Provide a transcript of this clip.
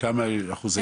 כמה אחוז הייתי מקבל?